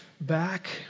back